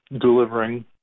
delivering